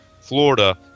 Florida